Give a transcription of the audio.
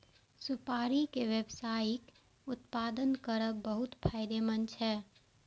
सुपारी के व्यावसायिक उत्पादन करब बहुत फायदेमंद छै